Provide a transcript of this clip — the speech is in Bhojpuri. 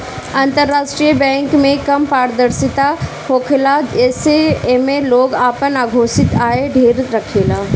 अंतरराष्ट्रीय बैंक में कम पारदर्शिता होखला से एमे लोग आपन अघोषित आय ढेर रखेला